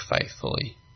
faithfully